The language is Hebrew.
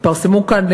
התפרסמו כאן,